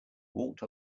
walked